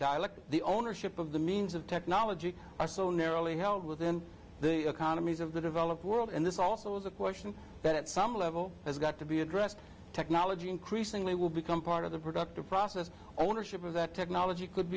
dialectic the ownership of the means of technology are so narrowly held within the economies of the developed world and this also is a question that at some level has got to be addressed technology increasingly will become part of the productive process ownership of that technology could